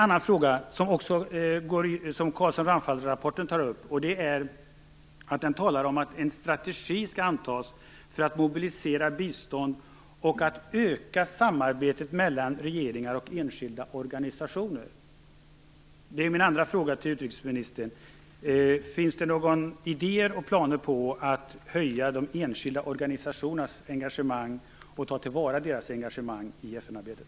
Carlsson-Ramphal-rapporten talar också om att en strategi för att mobilisera bistånd och öka samarbetet mellan regeringar och enskilda organisationer skall antas. Min andra fråga till utrikesministern är: Finns det några idéer om och planer på att öka de enskilda organisationernas engagemang och att ta vara på detta engagemang i FN-arbetet?